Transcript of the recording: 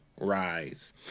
Rise